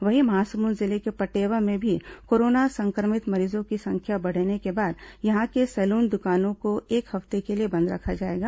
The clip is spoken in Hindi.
वहीं महासमुंद जिले के पटेवा में भी कोरोना संक्रमित मरीजों की संख्या बढ़ने के बाद यहां की सैलून दुकानों को एक हफ्ते के लिए बंद रखा जाएगा